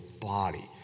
body